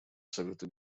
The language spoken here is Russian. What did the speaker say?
совета